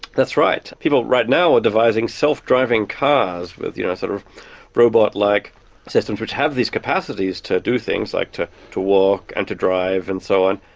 that's right. people right now are ah devising self-driving cars with you know sort of robot-like systems which have these capacities to do things, like to to walk and to drive, and so on.